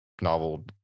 novel